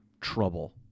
trouble